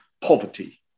poverty